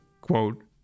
quote